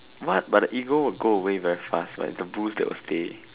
what but the ego will go away very fast like the bruise that will stay